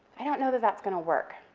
i don't know that that's gonna work,